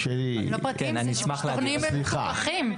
מפוקחים.